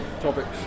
topics